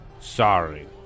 sorry